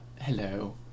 Hello